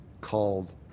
called